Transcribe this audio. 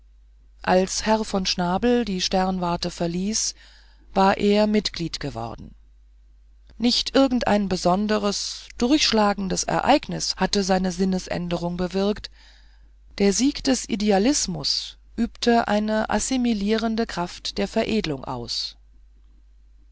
als herr von schnabel die sternwarte verließ war er mitglied geworden nicht irgendein besonderes durchschlagendes ereignis hatte seine sinnesänderung bewirkt der sieg des idealismus übte eine assimilierende kraft der veredelung aus